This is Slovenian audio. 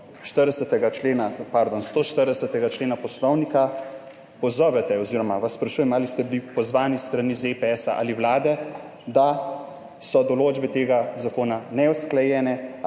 140. člena Poslovnika pozovete oziroma vas sprašujem, ali ste bili pozvani s strani ZPS ali Vlade, da so določbe tega zakona neusklajene